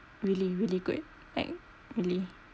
really really good like really